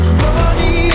body